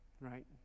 right